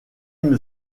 une